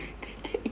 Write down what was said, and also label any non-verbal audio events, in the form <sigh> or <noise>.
<laughs>